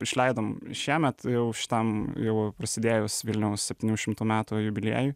išleidom šiemet jau šitam jau prasidėjus vilniaus septynių šimtų metų jubiliejui